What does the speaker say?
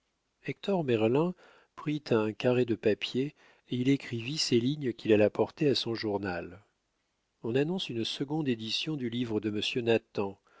hector merlin prit un carré de papier et il écrivit ces lignes qu'il alla porter à son journal on annonce une seconde édition du livre de